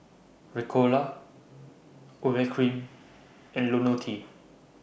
Ricola Urea Cream and Lonil T